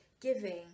giving